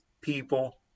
people